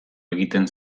egiten